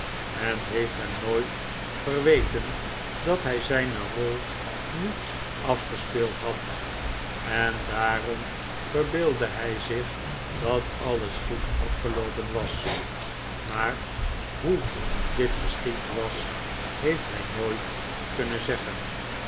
men heeft hem nooit verweten dat hij zijne rol niet afgespeeld had en daarom verbeeldde hij zich dat alles goed afgeloopen was maar hoe dit geschied was heeft hij nooit kunnen zeggen